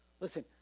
Listen